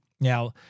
Now